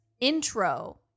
intro